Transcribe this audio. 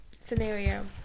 scenario